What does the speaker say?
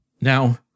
Now